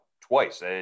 twice